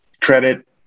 credit